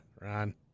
Ron